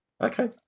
okay